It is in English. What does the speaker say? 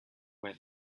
when